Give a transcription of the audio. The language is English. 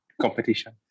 Competition